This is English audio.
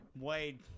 Wade